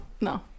No